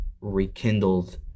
rekindled